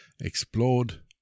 explored